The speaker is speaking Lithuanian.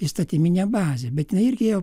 įstatyminė bazė bet jinai irgi jau